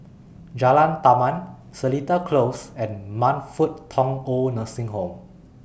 Jalan Taman Seletar Close and Man Fut Tong Old Nursing Home